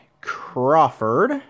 Crawford